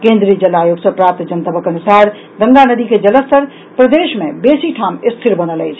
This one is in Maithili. केन्द्रीय जल आयोग सँ प्राप्त जनतबक अनुसार गंगा नदी के जलस्तर प्रदेश मे बेसी ठाम स्थिर बनल अछि